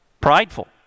prideful